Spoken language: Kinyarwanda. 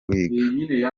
wiga